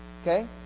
okay